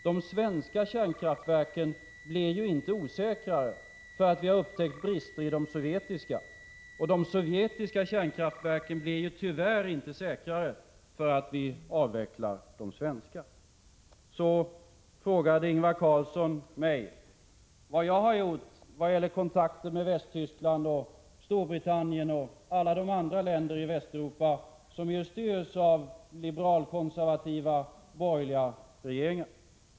De svenska kärnkraftverken blir ju inte osäkrare, därför att vi har upptäckt brister i de sovjetiska, och de sovjetiska kärnkraftverken blir tyvärr inte säkrare därför att vi avvecklar de svenska. Så frågade Ingvar Carlsson mig vilka kontakter jag har haft med Västtyskland, Storbritannien och alla andra länder i Västeuropa som styrs av liberalkonservativa borgerliga regeringar.